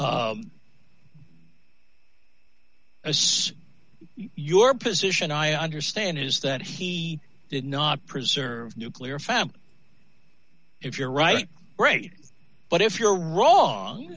as your position i understand is that he did not preserve nuclear family if you're right right but if you're wrong